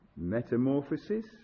Metamorphosis